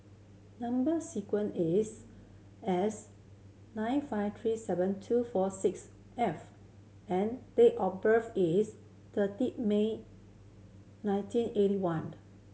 number sequence is S nine five three seven two four six F and date of birth is thirty May nineteen eighty one